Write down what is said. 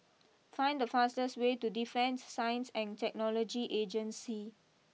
find the fastest way to Defence Science and Technology Agency